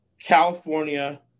California